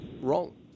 wrong